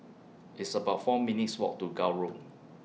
It's about four minutes' Walk to Gul Road